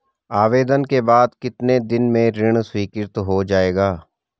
आवेदन के बाद कितने दिन में ऋण स्वीकृत हो जाएगा?